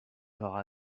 corps